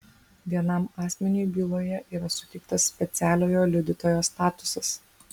vienam asmeniui byloje yra suteiktas specialiojo liudytojo statusas